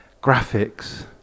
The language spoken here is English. graphics